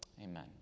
Amen